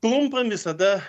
klumpam visada